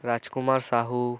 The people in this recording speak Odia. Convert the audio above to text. ରାଜକୁୁମାର ସାହୁ